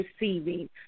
receiving